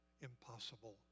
impossible